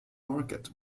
market